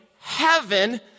heaven